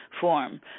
form